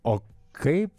o kaip